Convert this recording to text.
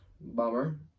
bummer